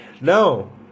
No